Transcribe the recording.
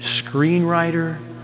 screenwriter